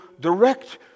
direct